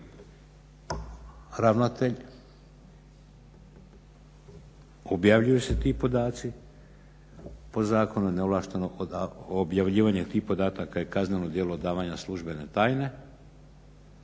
ravnatelj. Objavljuju se ti podaci po zakonu neovlaštenog, objavljivanje tih podataka je kazneno djelo odavanja službene tajne.